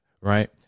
Right